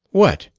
what!